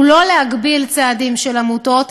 היא לא להגביל צעדים של עמותות,